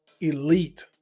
elite